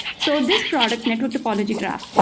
so this product, network topology graph,